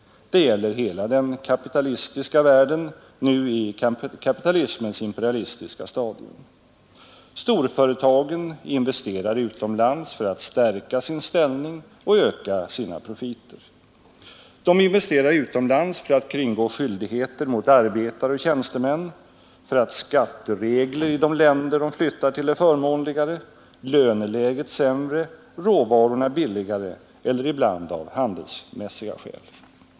Det gäller hela den kapitalistiska världen, nu på ä ä 5 sn Ö nee 5 Tisdagen den kapitalismens imperialis stadium. Kapitalisterna investerar utom Ho s NN ån : d i 12 december 1972 lands för att stärka sin ställning och öka sina profiter. De investerar. — utomlands för att kringgå skyldigheter mot arbetare och tjänstemän, för Avtal med EEC, att skatteregler i de länder man flyttar till är förmånligare, löneläget — 2. MN. sämre, råvarorna billigare eller ibland av handelsmässiga skäl.